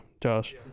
Josh